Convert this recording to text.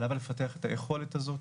עליו לפתח את היכולת הזאת,